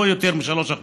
לא יותר מ-3%